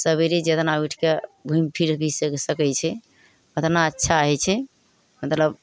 सबेरे जेतना उठि कए घुमि फिर भी सकय छै ओतना अच्छा होइ छै मतलब